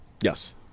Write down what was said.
Yes